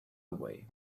away